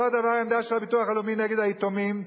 אותו הדבר העמדה של הביטוח הלאומי נגד היתומים,